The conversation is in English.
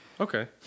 Okay